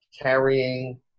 carrying